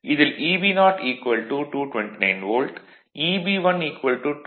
இதில் Eb0 229 volt Eb1 215